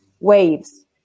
Waves